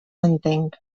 entenc